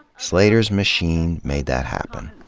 slater's machine made that happen.